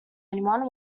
anyone